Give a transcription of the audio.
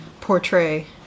portray